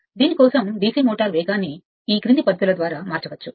దీని కోసం DC motor వేగాన్ని ఈ క్రింది పద్ధతుల ద్వారా మార్చవచ్చు